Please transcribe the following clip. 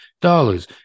dollars